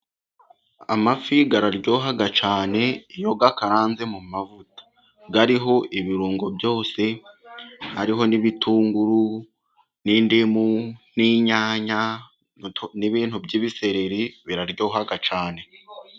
Amafi araryoha cyane, iyo akaranze mu mavuta. Ariho ibirungo byose, hariho n'ibitunguru, n'indimu, n'inyanya, n'ibintu by'ibisereri biraryoha cyane.